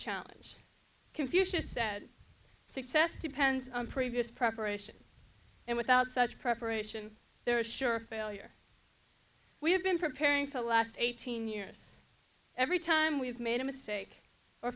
challenge confucius said success depends on previous preparation and without such preparation there are sure failure we have been preparing for the last eighteen years every time we've made a mistake or